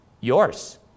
Yours